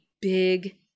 big